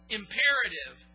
imperative